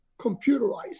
computerized